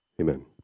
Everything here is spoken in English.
Amen